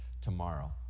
tomorrow